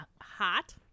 hot